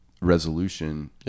resolution